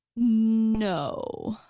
no.